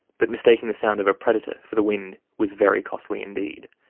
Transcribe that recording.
but mistaking the sound of a predator for the wind was very costly indeed.